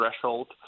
threshold